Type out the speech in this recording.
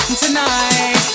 tonight